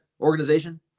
organization